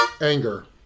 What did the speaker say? anger